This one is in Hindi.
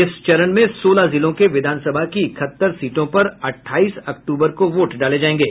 इस चरण में सोलह जिलों के विधानसभा की इकहत्तर सीटों पर अठाईस अक्टूबर को वोट डाले जायेंगे